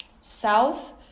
South